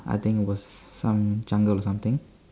I think it was some jungle or something